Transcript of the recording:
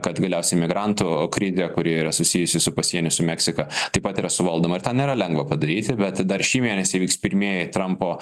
kad galiausiai migrantų krizė kuri yra susijusi su pasieniu su meksika taip pat yra suvaldoma ir tą nėra lengva padaryti bet dar šį mėnesį vyks pirmieji trampo